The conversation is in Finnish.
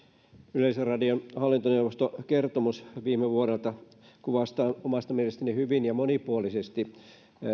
yleisradion hallintoneuvoston kertomus viime vuodelta kuvastaa omasta mielestäni hyvin ja monipuolisesti